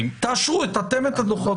תאשרו אתם את הדוחות.